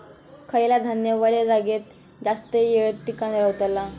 खयला धान्य वल्या जागेत जास्त येळ टिकान रवतला?